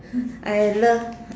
I love